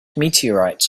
meteorites